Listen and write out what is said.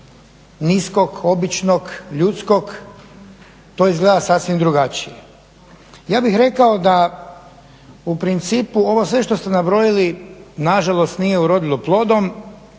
niskog, običnog ljudskog to izgleda sasvim drugačije. Ja bih rekao da u principu ovo sve što ste nabrojili nažalost nije urodilo plodom